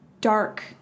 dark